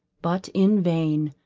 but in vain.